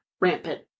rampant